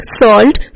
salt